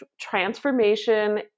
transformation